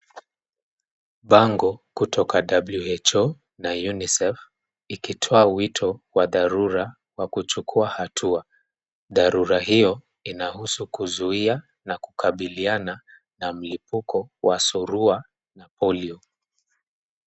Bango kutoka [WHO] na [UNICEF] ikitoa wito wa dharura wa kuchukua hatua. Dharura hiyo inahusu kuzuia na kukabiliana na mlipuko wa surua na [polio].